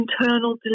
internal